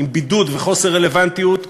עם בידוד וחוסר רלוונטיות,